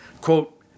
Quote